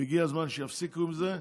והגיע הזמן שיפסיקו עם זה.